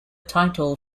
title